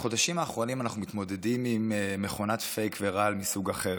בחודשים האחרונים אנחנו מתמודדים עם מכונת פייק ורעל מסוג אחר,